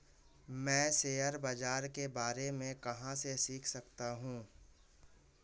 मैं शेयर बाज़ार के बारे में कहाँ से सीख सकता हूँ?